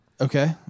Okay